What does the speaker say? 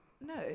No